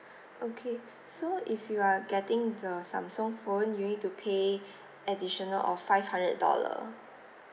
okay so if you are getting the samsung phone you need to pay additional of five hundred dollar